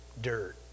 dirt